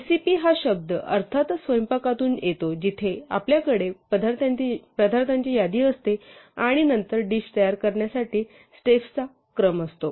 recipe हा शब्द अर्थातच स्वयंपाकापासून येतो जिथे आपल्याकडे पदार्थांची यादी असते आणि नंतर डिश तयार करण्यासाठी स्टेप्सचा क्रम असतो